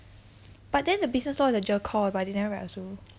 but then the business law is a GER core but they never write also